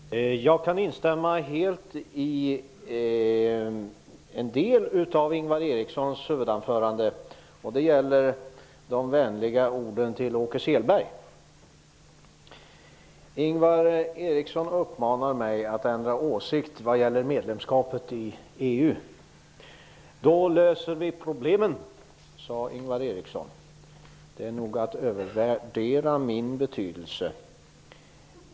Herr talman! Jag kan instämma helt i en del av Ingvar Erikssons huvudanförande, och det gäller de vänliga orden till Åke Selberg. Ingvar Eriksson uppmanade mig att ändra åsikt vad gäller medlemskapet i EU. ''Då löser vi problemen'', sade Ingvar Eriksson. Det är nog att övervärdera min betydelse.